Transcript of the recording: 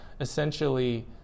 essentially